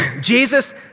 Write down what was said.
Jesus